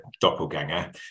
doppelganger